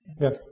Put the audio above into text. Yes